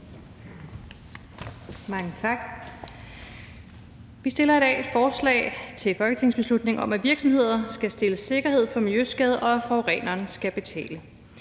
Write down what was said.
Mange tak. Vi fremsætter i dag et forslag til folketingsbeslutning om, at virksomheder skal stille sikkerhed for miljøskade, og at forureneren skal betale.